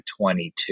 22